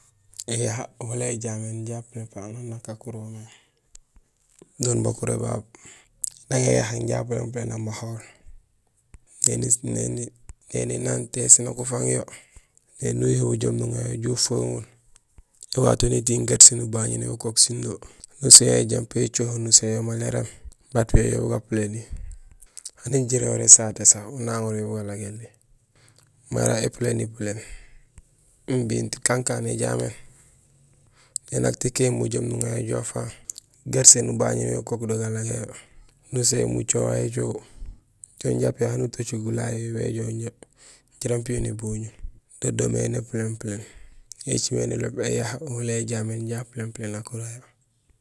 Ēyaha wala éjaméén inja apuléén puléén aan anja akurol mé. Do bakuré babu; nang éyaha inja apuléén puléén amahahol néni nang téér sén nak ufaaŋ yo; néni uyuhohul bujoom nuŋa yo ujoow ufaŋul; éwato nétiiŋ garsee nubañénul yo ukook sundo, nusin yo éjampo écoho, nusin yo maal éréém bat piyo yo bugapuléni. Ani jiréhoré nésaté sa unaŋoor yo bugalagéni mara épuléni puléén; imbi kankaan éjaméén, miin nak tikahéén bujoom nuŋa yo ujoow ufaaŋ, garsee nubañénul yo ukook do galagéén yo, nusin mucoho way écoho; joow ja piyo ani utocul gulahay yo; yo béjoow jaraam piyo néboñul; do doomé népuléén puléén. Yo écilmé niloob éyaha wala éjaméén inja apuléén puléén akura yo.